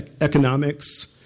economics